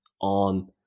on